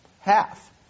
half